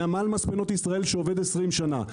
נמל מספנות ישראל שעובד 20 שנה.